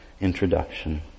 introduction